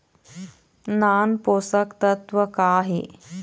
नान पोषकतत्व का हे?